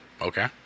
Okay